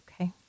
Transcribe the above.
Okay